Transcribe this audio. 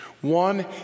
One